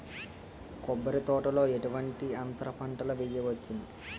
కొబ్బరి తోటలో ఎటువంటి అంతర పంటలు వేయవచ్చును?